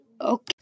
Okay